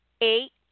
eight